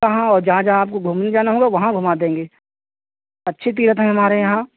कहाँ जहाँ जहाँ आपको घूमने जाना होगा वहाँ घुमा देंगे अच्छी तीर्थ हैं हमारे यहाँ